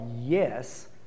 yes